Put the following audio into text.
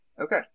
Okay